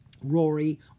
Rory